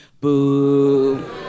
boo